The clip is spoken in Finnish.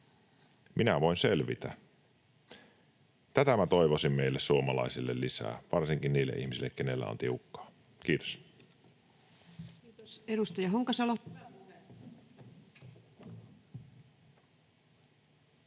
minä voin selvitä. Tätä minä toivoisin meille suomalaisille lisää, varsinkin niille ihmisille, keillä on tiukkaa. — Kiitos.